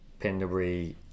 Penderbury